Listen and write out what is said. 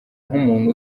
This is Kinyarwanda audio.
nk’umuntu